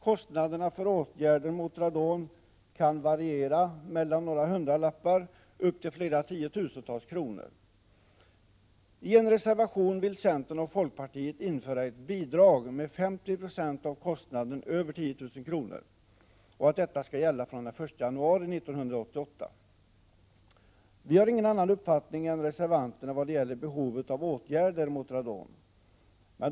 Kostnaderna för åtgärder mot radon kan variera mellan några hundralappar och upp till tiotusentals kronor. I en reservation vill centern och folkpartiet införa ett bidrag med 50 20 av kostnader över 120 000 kr. och vill att detta skall gälla från den 1 januari 1988. Vi har ingen annan uppfattning än reservanterna vad gäller behov av åtgärder mot radon.